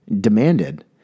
demanded